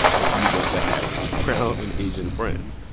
if you want to have brown and asian friends.